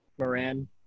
Moran